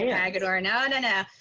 yeah agadorn, ah and no,